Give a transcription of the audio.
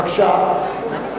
בבקשה.